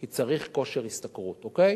כי צריך כושר השתכרות, אוקיי?